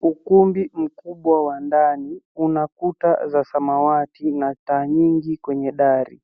Ukumbi mkubwa wa ndani una kuta za samawati na taa nyingi kwenye dari.